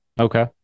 Okay